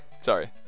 Sorry